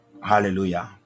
Hallelujah